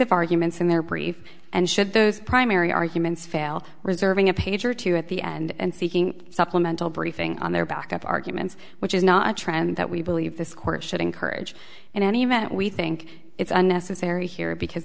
of arguments in their brief and should those primary arguments fail reserving a page or two at the end seeking a supplemental briefing on their back up arguments which is not a trend that we believe this court should encourage in any event we think it's unnecessary here because